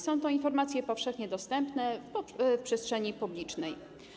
Są to informacje powszechnie dostępne w przestrzeni publicznej.